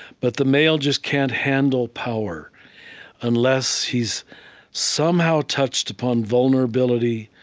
but the male just can't handle power unless he's somehow touched upon vulnerability,